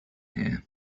here